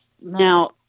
Now